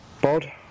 BOD